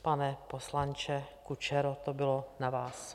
Pane poslanče Kučero, to bylo na vás.